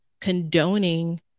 condoning